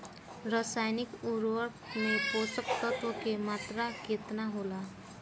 रसायनिक उर्वरक मे पोषक तत्व के मात्रा केतना होला?